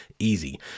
easy